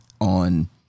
on –